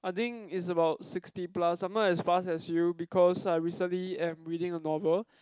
I think is about sixty plus I'm not as fast as you because I recently am reading a novel